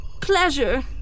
Pleasure